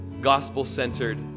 gospel-centered